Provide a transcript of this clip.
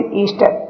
Easter